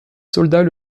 soldats